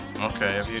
Okay